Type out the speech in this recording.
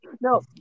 No